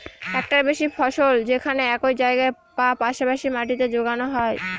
একটার বেশি ফসল যেখানে একই জায়গায় বা পাশা পাশি মাটিতে যোগানো হয়